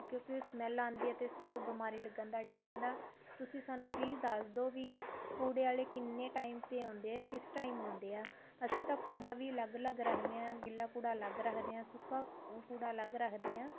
ਕਿਉਂਕਿ ਉਹ ਸਮੈਲ ਆਉਂਦੀ ਆ ਅਤੇ ਇਸ ਤੋਂ ਬਿਮਾਰੀ ਲੱਗਣ ਦਾ ਡਰ ਰਹਿੰਦਾ ਤੁਸੀਂ ਸਾਨੂੰ ਪਲੀਜ਼ ਦੱਸ ਦਿਓ ਵੀ ਕੂੜੇ ਵਾਲੇ ਕਿੰਨੇ ਟਾਈਮ 'ਤੇ ਆਉਂਦੇ ਆ ਕਿਸ ਟਾਈਮ ਆਉਂਦੇ ਆ ਅਸੀਂ ਤਾਂ ਕੂੜਾ ਵੀ ਅਲੱਗ ਅਲੱਗ ਰੱਖਦੇ ਹਾਂ ਗਿੱਲਾ ਕੂੜਾ ਅਲੱਗ ਰੱਖਦੇ ਆ ਸੁੱਕਾ ਕੂੜਾ ਅਲੱਗ ਰੱਖਦੇ ਹਾਂ